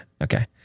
Okay